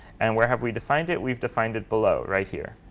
and where have we defined it? we've defined it below right here.